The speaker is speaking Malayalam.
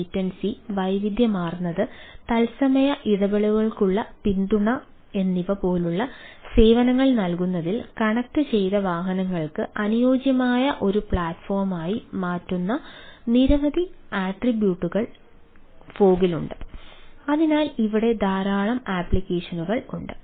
അതിനാൽ ഇത് വിജയകരമാക്കാൻ ഫോഗ് ഉണ്ട്